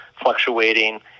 fluctuating